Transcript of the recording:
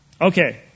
Okay